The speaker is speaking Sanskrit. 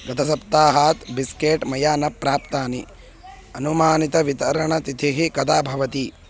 गतसप्ताहात् बिस्केट् मया न प्राप्तानि अनुमानितवितरणतिथिः कदा भवति